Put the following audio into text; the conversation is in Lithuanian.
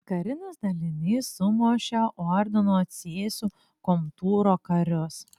karinis dalinys sumušė ordino cėsių komtūro karius